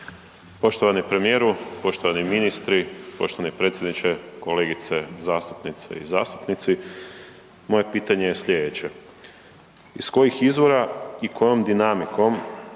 Poštovani premijeru, poštovani ministre, poštovani predsjedniče, kolegice zastupnice i zastupnici moje pitanje je slijedeće. Iz kojih izvora i kojom dinamikom